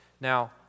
Now